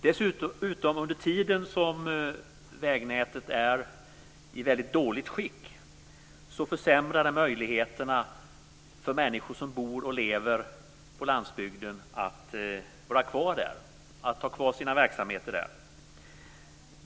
Under den tid som vägnätet är i ett väldigt dåligt skick försämras dessutom möjligheterna för människor som bor och lever på landsbygden att vara kvar där och att ha kvar sin verksamhet där.